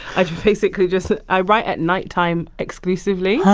i basically just i write at night time exclusively.